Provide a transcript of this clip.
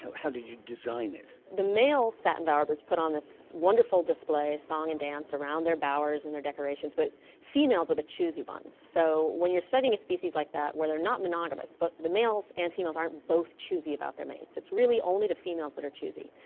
how did you design it? the male satin bowerbirds put on this wonderful display, a song and dance around their bowers and their decorations, but females are the choosy ones. so when you're studying a species like that where they're not monogamous but the males and females aren't both choosy about their mates, it's only the females that are choosy,